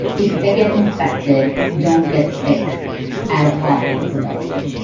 if they get infected, don't get sick as often as adults do,